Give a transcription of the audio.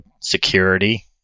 security